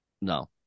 No